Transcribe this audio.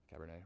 cabernet